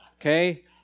okay